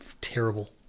terrible